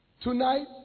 tonight